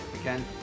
again